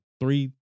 three